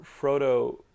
Frodo